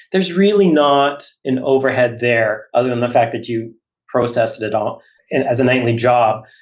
there's really not an overhead there, other than the fact that you processed it at all and as an angling job.